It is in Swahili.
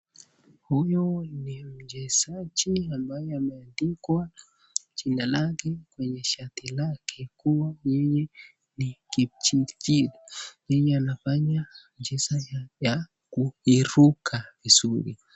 Huyu ni mchezaji ambaye ameandikwa jina lake kwenye shati lake kuwa yeye ni Kipchirchir ,yeye anafanya mchezo ya kuruka vizuri.